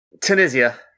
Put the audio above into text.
Tunisia